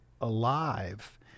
alive